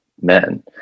men